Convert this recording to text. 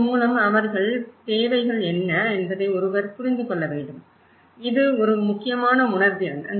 இதன் மூலம் அவர்களின் தேவைகள் என்ன என்பதை ஒருவர் புரிந்து கொள்ள முடியும் இது ஒரு முக்கியமான உணர்திறன்